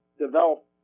develop